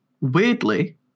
Weirdly